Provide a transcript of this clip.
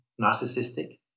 narcissistic